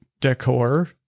decor